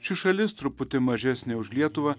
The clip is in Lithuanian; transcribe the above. ši šalis truputį mažesnė už lietuvą